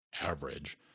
average